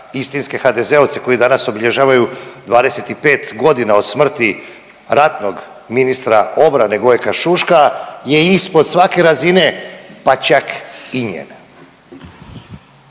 istinske HDZ-ovce koji danas obilježavaju 25 godina od smrti ratnog ministra obrane Gojka Šuška je ispod svake razine pa čak i njene.